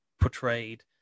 portrayed